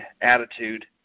attitude